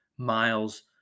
miles